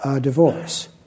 divorce